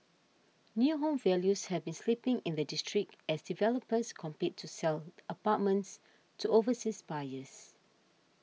new home values have been slipping in the district as developers compete to sell apartments to overseas buyers